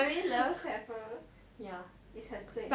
mummy loves pepper ya 你讲对了